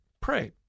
pray